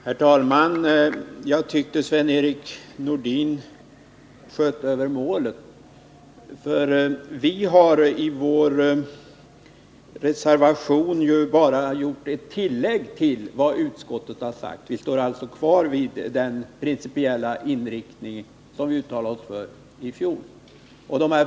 Herr talman! Jag tyckte att Sven-Erik Nordin sköt över målet. Vi har ju i vår reservation gjort bara ett tillägg till vad utskottet har sagt. Vi står alltså kvar vid den principiella inriktning som vi uttalade oss för i fjol.